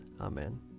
Amen